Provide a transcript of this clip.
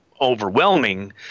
overwhelming